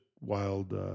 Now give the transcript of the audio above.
wild